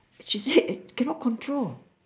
she say cannot control